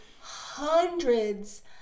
hundreds